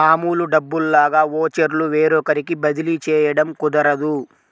మామూలు డబ్బుల్లాగా ఓచర్లు వేరొకరికి బదిలీ చేయడం కుదరదు